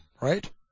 right